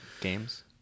games